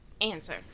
answer